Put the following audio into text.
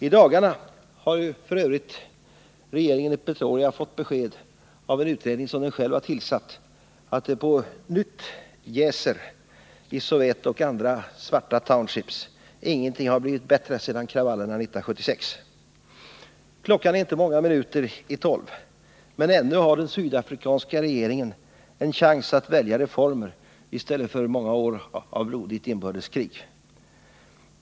I dagarna har f. ö. regeringen i Pretoria fått besked aven utredning, som den själv tillsatt, att det på nytt jäser i Soweto och andra svarta townships. Ingenting har blivit bättre sedan kravallerna 1976. Ännu har den sydafrkanska regeringen en chans att välja reformer i stället för många år av blodigt inbördeskrig.